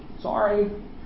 Sorry